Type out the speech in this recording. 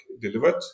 delivered